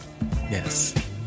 Yes